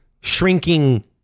shrinking